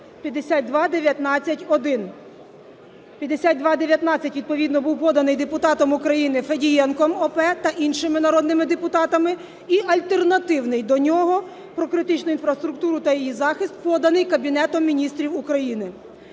5219-1). 5219 відповідно був поданий депутатом України Федієнком О.П. та іншими народними депутатами і альтернативний до нього – про критичну інфраструктуру та її захист, поданий Кабінетом Міністрів України.